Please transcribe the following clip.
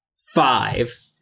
Five